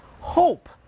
hope